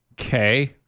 Okay